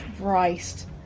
Christ